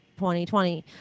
2020